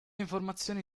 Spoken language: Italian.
informazioni